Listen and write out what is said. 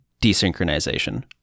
desynchronization